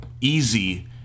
easy